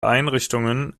einrichtungen